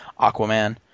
Aquaman